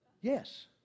Yes